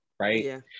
Right